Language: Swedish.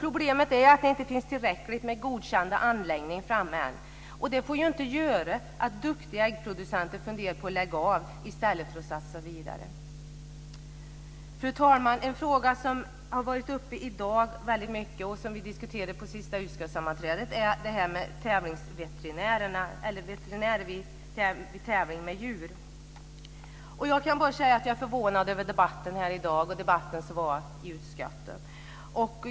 Problemet är att det inte finns tillräckligt med godkända anläggningar framme än, och det får inte innebära att duktiga äggproducenter funderar på att lägga av i stället för att satsa vidare. Fru talman! En fråga som har varit uppe i dag och som vi diskuterade på det senaste utskottssammanträdet är veterinärer vid tävlingar med djur. Jag är förvånad över debatten här i dag och debatten i utskottet.